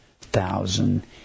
thousand